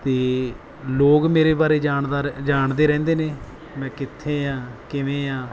ਅਤੇ ਲੋਕ ਮੇਰੇ ਬਾਰੇ ਜਾਣਦਾ ਜਾਣਦੇ ਰਹਿੰਦੇ ਨੇ ਮੈਂ ਕਿੱਥੇ ਹਾਂ ਕਿਵੇਂ ਹਾਂ